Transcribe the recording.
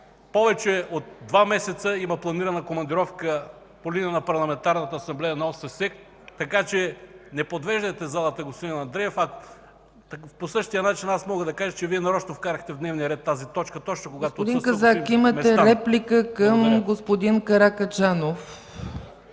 повече от два месеца има планирана командировка по линия на Парламентарната асамблея на ОСС, така че не подвеждайте залата, господин Андреев. По същия начин аз мога да кажа, че Вие нарочно вкарахте в дневния ред тази точка, точно когато го няма господин Местан.